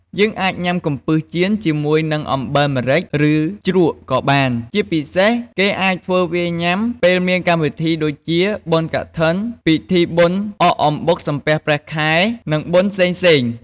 យើងអាចញុាំកំពឹសចៀនជាមួយនឹងអំបិលម្រេច ឬជ្រក់ក៏បាន ជាពិសេសគេអាចធ្វើវាញុាំពេលមានកម្មវិធីដូចជា បុណ្យកឋិន ពិធីបុណ្យអកអំបុកសំពះព្រះខែ និងបុណ្យផ្សេងៗ។